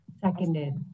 Seconded